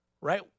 right